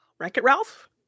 Wreck-It-Ralph